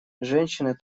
женщины